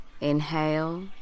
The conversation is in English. inhale